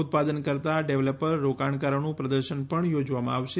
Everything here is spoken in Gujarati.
ઉત્પાદનકર્તા ડેવલપર રોકાણકારોનું પ્રદર્શન પણ યોજવામાં આવશે